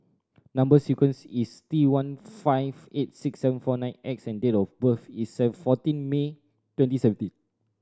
number sequence is T one five eight six seven four nine X and date of birth is seven fourteen May twenty seventeen